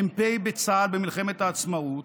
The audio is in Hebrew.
מ"פ בצה"ל במלחמת העצמאות,